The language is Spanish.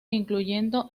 incluyendo